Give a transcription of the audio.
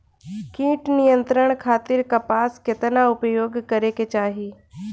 कीट नियंत्रण खातिर कपास केतना उपयोग करे के चाहीं?